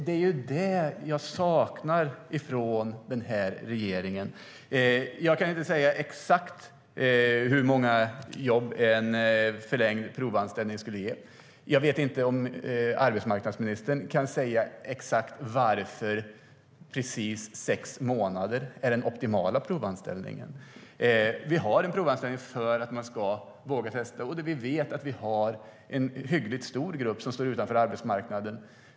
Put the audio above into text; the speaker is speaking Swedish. Det är detta jag saknar från den här regeringen. Jag kan inte säga exakt hur många jobb en förlängd provanställning skulle ge. Jag vet inte om arbetsmarknadsministern kan säga varför exakt sex månader är den optimala provanställningstiden. Vi har provanställningar för att man ska våga testa. Vi vet att det finns en hyggligt stor grupp som står utanför arbetsmarknaden.